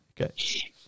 Okay